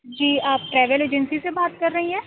جی آپ travel agency سے بات کر رہی ہیں